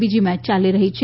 બીજી મેય યાલી રહી છે